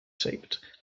shaped